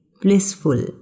blissful